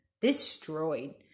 Destroyed